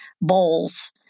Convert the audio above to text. bowls